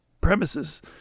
premises